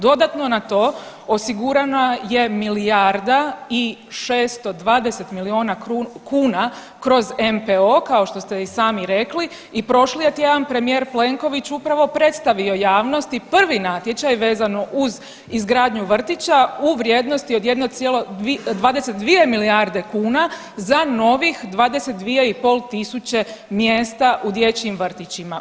Dodatno na to osigurana je milijarda i 630 miliona kuna kroz NPO kao što ste i sami rekli i prošli je tjedan premijer Plenković upravo predstavio javnosti prvi natječaj vezano uz izgradnju vrtića u vrijednosti od 1,22 milijarde kuna za novih 22.500 mjesta u dječjim vrtićima.